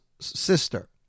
sister